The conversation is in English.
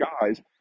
guys